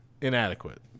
inadequate